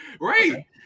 Right